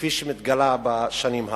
כפי שהיא מתגלה בשנים האחרונות.